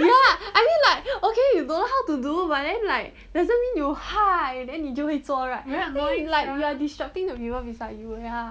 ya I mean like you don't know how to do but then like doesn't mean you !hais! then 你就会做 right very annoying like you are disrupting the people beside you ya